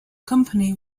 company